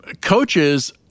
coaches